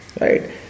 Right